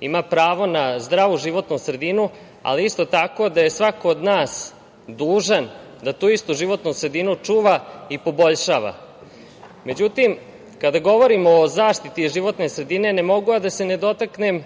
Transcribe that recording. ima pravo na zdravu životnu sredinu, ali isto tako da je svako od nas dužan da tu istu životnu sredinu čuva i poboljšava.Međutim, kada govorimo o zaštiti životne sredine ne mogu a da se ne dotaknem